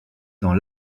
dans